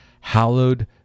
Hallowed